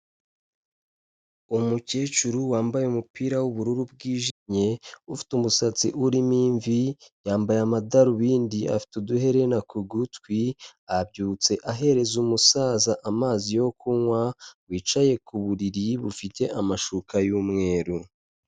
Umukecuru wambaye umupira w'ubururu bwijimye, ufite umusatsi urimo imvi yambaye amadarubindi, afite uduhererina ku gutwi, abyutse ahereza umusaza amazi yo kunywa wicaye ku buriri bufite amashuka y'umweru.